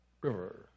river